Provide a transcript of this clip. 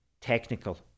technical